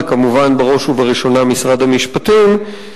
וכמובן בראש ובראשונה משרד המשפטים,